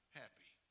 happy